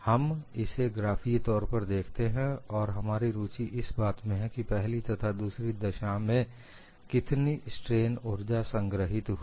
हम इसे ग्राफीय तौर पर देखते हैं और हमारी रुचि इस बात में है कि पहली तथा दूसरी दशा में कितनी स्ट्रेन उर्जा संग्रहित हुई है